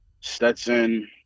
stetson